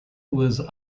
was